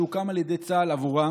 שהוקם על ידי צה"ל עבורו.